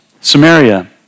Samaria